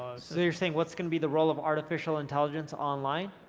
so you're saying what's gonna be the role of artificial intelligence online?